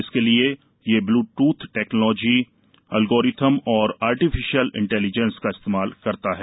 इसके लिए यह ब्लूटूथ टेक्वोलॉजी अलग्योरिथमस्त और आर्टिफिशियल इंटेलीजेंस का इसप्रेमाल करता है